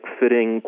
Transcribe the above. fitting